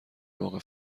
واقع